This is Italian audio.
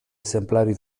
esemplari